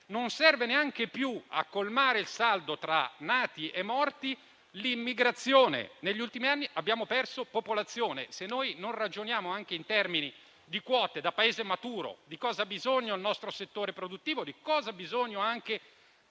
non serve neanche più a colmare il saldo tra nati e morti: negli ultimi anni, abbiamo perso popolazione. Se non ragioniamo anche in termini di quote da Paese maturo, di cosa ha bisogno il nostro settore produttivo e di come dev'essere